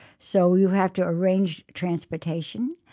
so you have to arrange transportation.